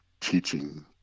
teaching